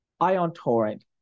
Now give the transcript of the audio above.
IonTorrent